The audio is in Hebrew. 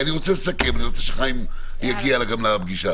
אני רוצה לסכם, כי אני רוצה שחיים יגיע לפגישה.